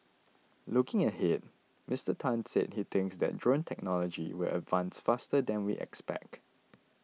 looking ahead Mister Tan said he thinks that drone technology will advance faster than we expect